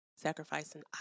sacrificing